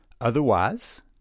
Otherwise